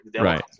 Right